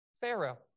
Pharaoh